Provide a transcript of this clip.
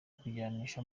kujyanisha